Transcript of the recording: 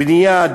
בנייה,